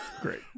Great